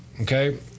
okay